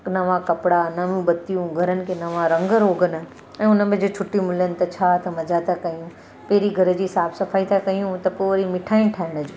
नवां कपिड़ा नवियूं बतियूं घरनि खे नवां रंग रोगन ऐं उन में जे छुटियूं मिलनि त छा त मज़ा था कयूं पहिरीं घर जी साफ़ु सफ़ाई था कयूं त पोइ वरी मिठाई ठाहिण जी